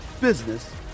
business